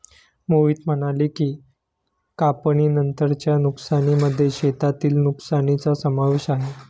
मोहित म्हणाले की, कापणीनंतरच्या नुकसानीमध्ये शेतातील नुकसानीचा समावेश आहे